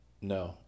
no